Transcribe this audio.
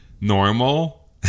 normal